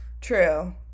True